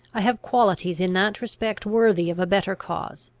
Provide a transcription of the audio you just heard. i have qualities in that respect worthy of a better cause.